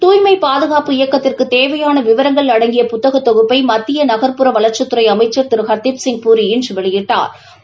தூய்மை பாதுகாப்பு இயக்கத்திற்குத் தேவையான விவரங்கள் அடங்கிய புத்தகத் தொகுப்பை மத்திய நக்புற வளர்ச்சித்துறை அமைச்சா் திரு ஹர்தீப் சிங் பூரி இன்று வெளியிட்டாா்